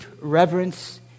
reverence